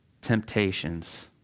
temptations